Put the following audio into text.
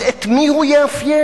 אז את מי הוא יאפיין?